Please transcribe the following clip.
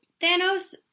Thanos